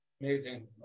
Amazing